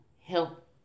help